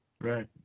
Right